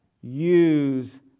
use